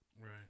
Right